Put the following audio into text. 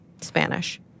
Spanish